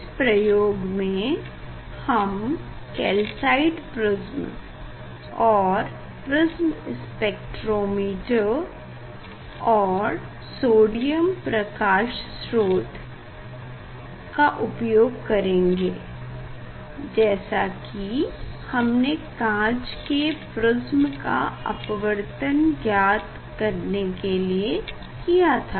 इस प्रयोग में हम कैल्साइट प्रिस्म और प्रिस्म स्पेक्टरोमीटर और सोडियम प्रकाश स्रोत का उपयोग करेंगे जैसा कि हमने काँच के प्रिस्म का अपवर्तनांक ज्ञात करने के लिए किया था